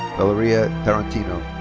valeria tarantino.